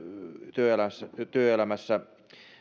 työelämässä